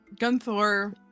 Gunthor